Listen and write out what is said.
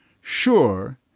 Sure